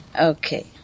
Okay